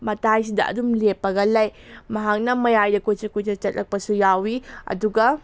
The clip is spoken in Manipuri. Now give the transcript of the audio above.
ꯃꯇꯥꯏꯁꯤꯗ ꯑꯗꯨꯝ ꯂꯦꯞꯄꯒ ꯂꯩ ꯃꯍꯥꯛꯅ ꯃꯌꯥꯏꯗ ꯀꯣꯏꯆꯠ ꯀꯣꯏꯆꯠ ꯆꯠꯂꯛꯄꯁꯨ ꯌꯥꯎꯏ ꯑꯗꯨꯒ